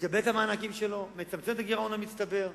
מקבל את המענקים שלו, מצמצם את הגירעון המצטבר,